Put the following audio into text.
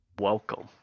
Welcome